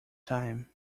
time